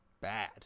bad